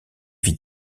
vit